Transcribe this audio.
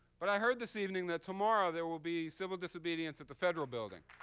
but i heard this evening that tomorrow, there will be civil disobedience at the federal building.